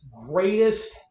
greatest